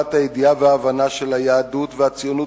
להעמקת הידיעה וההבנה של היהדות והציונות